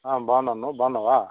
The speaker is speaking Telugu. బాగున్నాను నువ్వు బాగున్నావా